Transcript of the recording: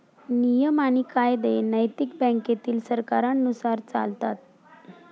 नियम आणि कायदे नैतिक बँकेतील सरकारांनुसार चालतात